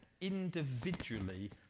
individually